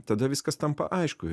tada viskas tampa aišku